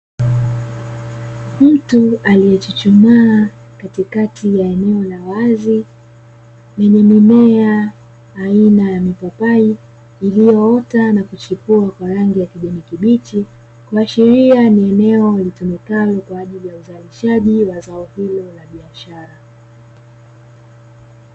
Mtu alie chuchumaa katikati ya eneo la wazi iliyomea mimea aina ya mipapai, iliyoota na kuchipua kwa rangi ya kijani kibichi kwa sheria ni eneo litumekayo kwa ajili ya uzalishaji wa zao hilo la biashara.